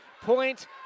Point